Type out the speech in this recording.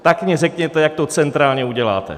Tak mně řekněte, jak to centrálně uděláte.